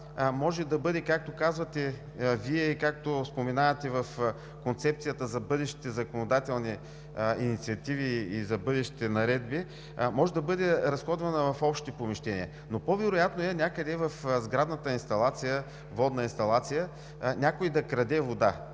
може да бъде, както казвате Вие и както споменавате в концепцията за бъдещите законодателни инициативи и за бъдещите наредби, може да бъде разходвана в общи помещения, но по-вероятно е някъде в сградната инсталация, водна инсталация, някой да краде вода,